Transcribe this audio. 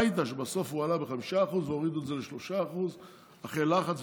ראית שבסוף הוא עלה ב-5% והורידו את זה ל-3% אחרי לחץ,